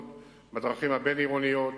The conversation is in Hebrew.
בדרכים הבין-עירוניות,